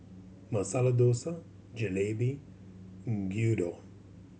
Masala Dosa Jalebi and Gyudon